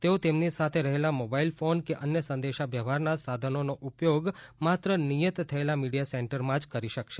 તેઓ તેમની સાથે રહેલા મોબાઇલ ફોન કે અન્ય સંદેશા વ્યવહારના સાધનોનો ઉપયોગ માત્ર નિયત થયેલ મીડિયા સેન્ટરમાં જ કરી શકશે